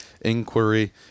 inquiry